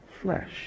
flesh